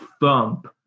bump